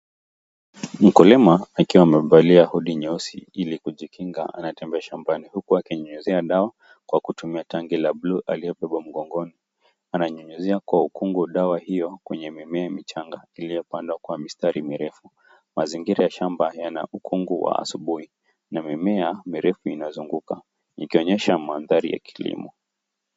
Mkulima akiwa amevalia hoodie nyeusi ili kujikinga ametembea pale shambani huku akinyunyizia dawa kwa kutumia tangi ya buluu aliyebeba mgongoni. Ananyunyizia kwa ukungu dawa hiyo kwenye mimea changa iliyopandwa kwa mistari mirefu. Mazingira ya shamba yana ukungu wa asubuhi na mimea mirefu inazunguka ikionyesha mandhari ya kilimo.